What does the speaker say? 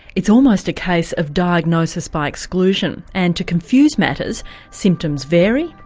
it's almost a case of diagnosis by exclusion. and to confuse matters symptoms vary,